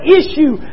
issue